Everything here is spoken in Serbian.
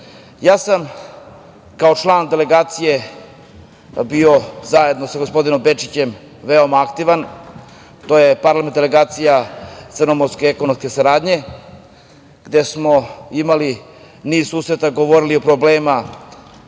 sam kao član delegacije bio zajedno sa gospodinom Bečićem, veoma aktivan, to je Parlamentarna delegacija Crnomorske ekonomske saradnje, gde smo imali niz susreta i govorili o problemima